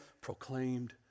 proclaimed